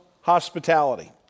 hospitality